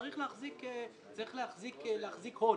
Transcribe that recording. צריך להחזיק הון.